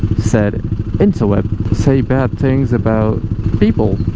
said interweb. to say bad things about people